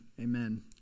Amen